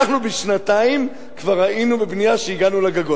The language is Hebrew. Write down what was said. אנחנו בשנתיים כבר היינו בבנייה שהגענו לגגות.